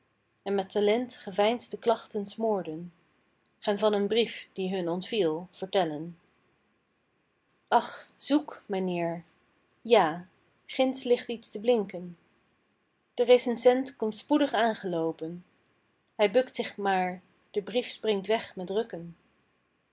en met talent geveinsde klachten smoorden gaan van een brief die hun ontviel vertellen ach zoek mijnheer ja ginds ligt iets te blinken de recensent komt spoedig aangeloopen hij bukt zich maar de brief springt weg met rukken